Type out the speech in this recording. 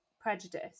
prejudice